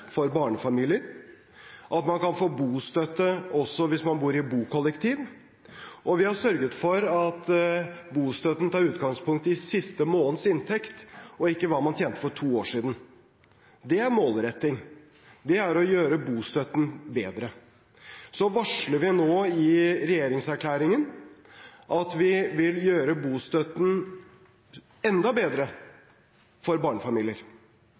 for barnefamilier, at man kan få bostøtte også hvis man bor i bokollektiv, og vi har sørget for at bostøtten tar utgangspunkt i siste måneds inntekt og ikke i hva man tjente for to år siden. Det er målretting. Det er å gjøre bostøtten bedre. Så varsler vi nå i regjeringserklæringen at vi vil gjøre bostøtten enda bedre for barnefamilier.